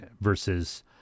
versus